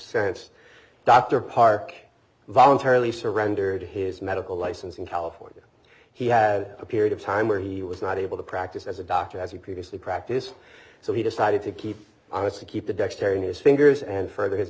sense dr park voluntarily surrendered his medical license in california he had a period of time where he was not able to practice as a doctor as he previously practice so he decided to keep honest to keep the dexterity his fingers and further his